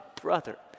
brother